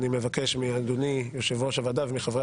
ואני מבקש מאדוני יושב-ראש הוועדה ומחברי